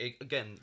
again